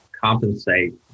compensate